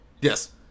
Yes